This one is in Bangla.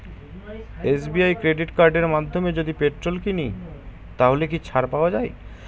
এস.বি.আই ক্রেডিট কার্ডের মাধ্যমে যদি পেট্রোল কিনি তাহলে কি ছাড় পাওয়া যায়?